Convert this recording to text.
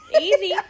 easy